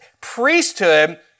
priesthood